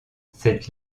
cette